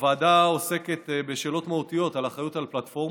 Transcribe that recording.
הוועדה עוסקת בשאלות מהותיות על האחריות על פלטפורמות,